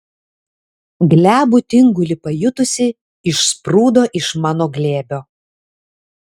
glebų tingulį pajutusi išsprūdo iš mano glėbio